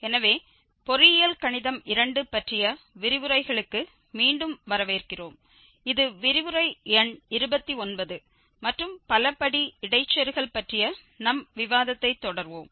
எனவே பொறியியல் கணிதம் இரண்டு பற்றிய விரிவுரைகளுக்கு மீண்டும் வரவேற்கிறோம் இது விரிவுரை எண் 29 மற்றும் பலபடி இடைச்செருகல் பற்றிய நம் விவாதத்தைத் தொடர்வோம்